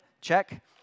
Check